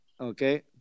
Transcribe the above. okay